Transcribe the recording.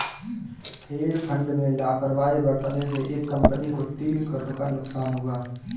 hedge fund में लापरवाही बरतने से एक कंपनी को तीन करोड़ का नुकसान हुआ